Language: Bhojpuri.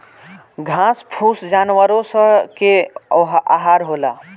घास फूस जानवरो स के आहार होला